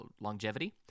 longevity